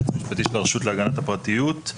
היועץ המשפטי של הרשות להגנת הפרטיות.